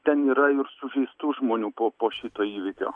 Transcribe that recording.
ten yra ir sužeistų žmonių po po šito įvykio